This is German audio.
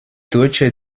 deutsche